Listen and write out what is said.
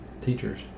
teachers